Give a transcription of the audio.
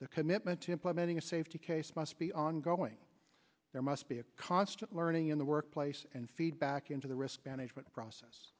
the commitment to implementing a safety case must be ongoing there must be a constant learning in the workplace and feedback into the risk management process